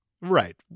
Right